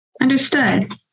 Understood